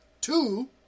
Two